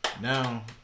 Now